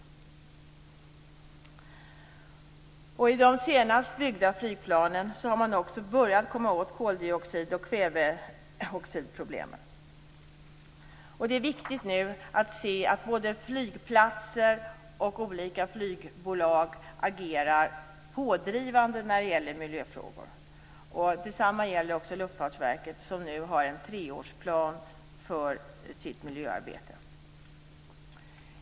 När det gäller de senast tillverkade flygplanen har man också börjat komma till rätta med koldioxid och kväveoxidproblemen. Det är viktigt att notera att både flygplatser och olika flygbolag nu agerar pådrivande när det gäller miljöfrågor. Detsamma gäller Luftfartsverket, som har en treårsplan för sitt miljöarbete.